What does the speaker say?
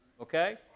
Okay